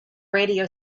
radio